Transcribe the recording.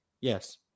Yes